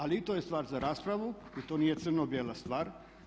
Ali i to je stvar za raspravu jer to nije crno-bijela stvar.